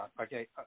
okay